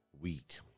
week